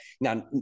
Now